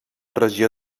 regió